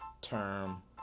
term